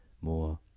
more